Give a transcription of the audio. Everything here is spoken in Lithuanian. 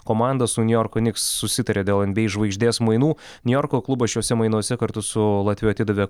komanda su niujorko niks susitarė dėl nba žvaigždės mainų niujorko klubas šiuose mainuose kartu su latviu atidavė